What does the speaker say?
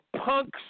punks